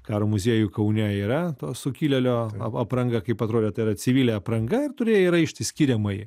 karo muziejuj kaune yra to sukilėlio apranga kaip atrodė tai yra civilė apranga ir turėjo raištį skiriamąjį